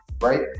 right